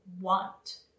want